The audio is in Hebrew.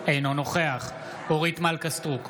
אינו נוכח אורית מלכה סטרוק,